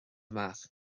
amach